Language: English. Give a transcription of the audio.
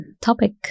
topic